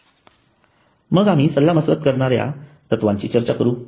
मग आम्ही सल्लामसलत करण्याच्या तत्त्वांची चर्चा करू